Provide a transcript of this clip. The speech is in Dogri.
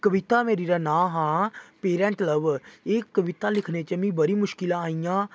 कविता मेरी दा नांऽ हा पेरैंट लवर एह् कविता लिखने च मिगी बड़ी मुशकिलां आइयां